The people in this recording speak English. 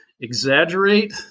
exaggerate